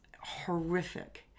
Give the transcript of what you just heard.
horrific